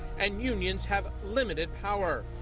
and unions have limited power.